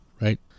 right